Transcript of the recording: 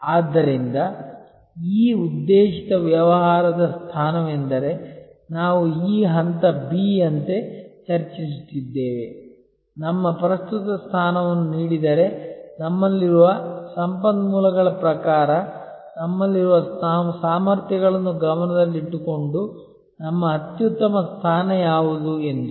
ಆದ್ದರಿಂದ ಈ ಉದ್ದೇಶಿತ ವ್ಯವಹಾರದ ಸ್ಥಾನವೆಂದರೆ ನಾವು ಈ ಹಂತ B ಯಂತೆ ಚರ್ಚಿಸುತ್ತಿದ್ದೇವೆ ನಮ್ಮ ಪ್ರಸ್ತುತ ಸ್ಥಾನವನ್ನು ನೀಡಿದರೆ ನಮ್ಮಲ್ಲಿರುವ ಸಂಪನ್ಮೂಲಗಳ ಪ್ರಕಾರ ನಮ್ಮಲ್ಲಿರುವ ಸಾಮರ್ಥ್ಯಗಳನ್ನು ಗಮನದಲ್ಲಿಟ್ಟುಕೊಂಡು ನಮ್ಮ ಅತ್ಯುತ್ತಮ ಸ್ಥಾನ ಯಾವುದು ಎಂದು